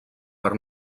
per